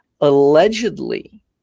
allegedly